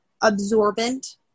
absorbent